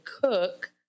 cook